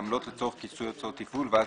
עמלות לצורך כיסוי הוצאות טיפול ואז